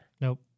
Nope